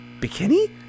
Bikini